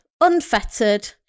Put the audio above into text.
unfettered